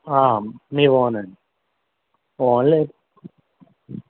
మీ own అండి only